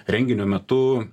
renginio metu